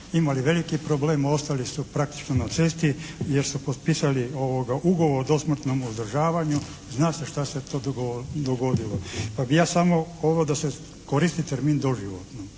imali veliki problem, ostali su praktično na cesto jer su potpisali ugovor o dosmrtnom uzdržavanju. Zna se šta se tu dogodilo. Pa bi ja samo ovo da se koristi termin doživotno,